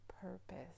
purpose